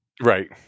Right